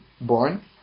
born